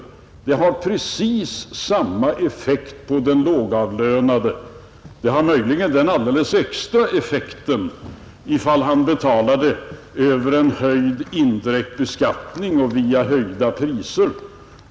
Det har precis samma effekt för den lågavlönade. Det blir möjligen en alldeles extra effekt om han betalar över en höjd indirekt beskattning i stället för via höjda priser.